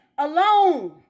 Alone